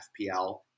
FPL